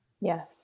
Yes